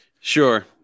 sure